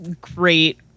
great